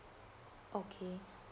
okay